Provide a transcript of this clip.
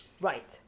right